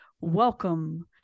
welcome